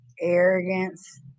arrogance